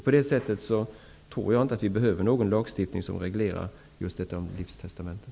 På det sättet tror jag inte att vi behöver någon lagstiftning som reglerar frågan om livstestamenten.